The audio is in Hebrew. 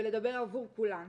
ולדבר עבור כולן,